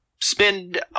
spend